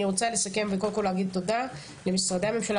אני רוצה לסכם וקודם כל להגיד תודה למשרדי הממשלה,